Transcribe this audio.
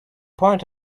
point